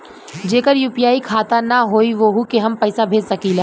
जेकर यू.पी.आई खाता ना होई वोहू के हम पैसा भेज सकीला?